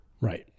Right